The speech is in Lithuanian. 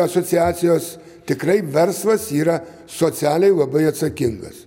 asociacijos tikrai verslas yra socialiai labai atsakingas